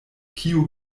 kiu